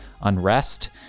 unrest